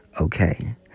okay